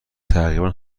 تقریبا